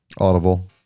Audible